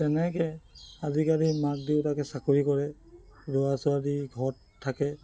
তেনেকৈ আজিকালি মাক দেউতাকে চাকৰি কৰে ল'ৰা ছোৱালী ঘৰত থাকে